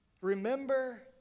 Remember